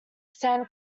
san